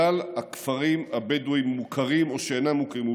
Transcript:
כלל הכפרים הבדואיים המוכרים ושאינם מוכרים,